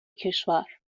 کشور